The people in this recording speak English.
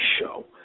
show